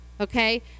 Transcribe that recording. okay